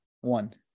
One